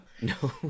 No